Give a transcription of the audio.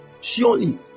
Surely